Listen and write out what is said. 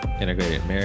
integrated